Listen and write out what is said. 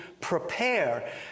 prepare